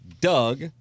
Doug